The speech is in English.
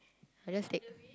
I just take